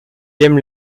aime